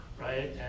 right